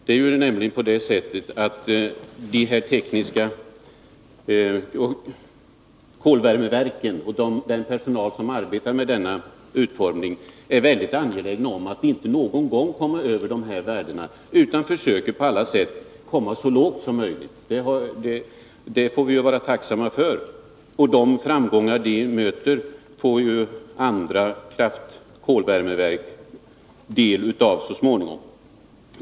Det är nämligen så att de som arbetar med den tekniska utformningen av kolvärmeverken är angelägna om att inte någon gång komma över dessa värden. De försöker på alla sätt att komma så lågt som möjligt. Det får vi vara tacksamma för. Framgångarna kommer ju andra kolvärmeverk till del så småningom.